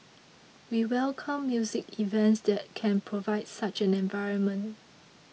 we welcome music events that can provide such an environment